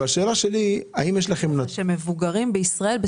מבוגרים בישראל,